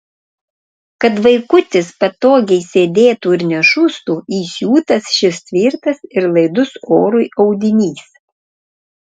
kad vaikutis patogiai sėdėtų ir nešustų įsiūtas šis tvirtas ir laidus orui audinys